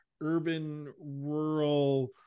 urban-rural